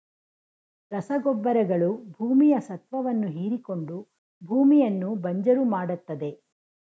ರಸಗೊಬ್ಬರಗಳು ಭೂಮಿಯ ಸತ್ವವನ್ನು ಹೀರಿಕೊಂಡು ಭೂಮಿಯನ್ನು ಬಂಜರು ಮಾಡತ್ತದೆ